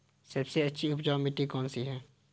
सबसे अच्छी उपजाऊ मिट्टी कौन सी है?